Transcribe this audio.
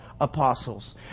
apostles